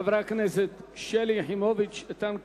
חבר הכנסת אפללו,